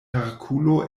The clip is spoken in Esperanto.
herkulo